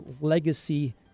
Legacy